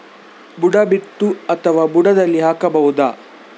ಬುಡ ಬಿಟ್ಟು ಅಥವಾ ಬುಡದಲ್ಲಿ ಹಾಕಬಹುದಾ?